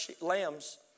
lambs